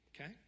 Okay